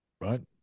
right